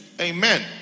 Amen